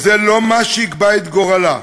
זה לא מה שיקבע את גורלה.